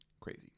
Crazy